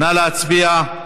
נא להצביע.